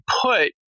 put